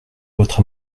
votre